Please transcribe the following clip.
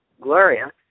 Gloria